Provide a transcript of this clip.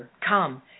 come